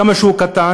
כמה שהוא קטן,